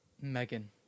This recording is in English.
Megan